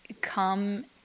come